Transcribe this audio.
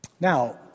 Now